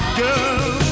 girl